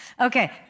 Okay